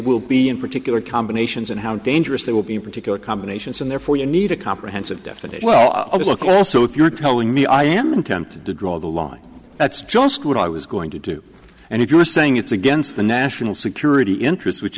will be in particular combinations and how dangerous they will be in particular combinations and therefore you need a comprehensive definite well i was ok also if you're telling me i am tempted to draw the line that's just what i was going to do and if you're saying it's against the national security interest which